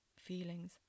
feelings